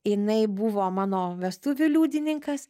jinai buvo mano vestuvių liudininkas